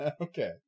Okay